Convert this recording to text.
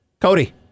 Cody